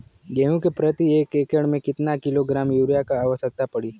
गेहूँ के प्रति एक एकड़ में कितना किलोग्राम युरिया क आवश्यकता पड़ी?